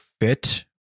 fit